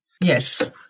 Yes